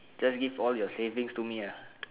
just give all your saving to me ah